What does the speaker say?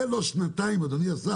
אדוני השר, זה לא שנתיים, מקצועית.